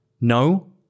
No